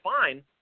fine